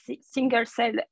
single-cell